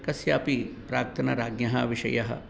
कस्यापि प्राक्तनराज्ञः विषयः